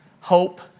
hope